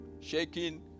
shaking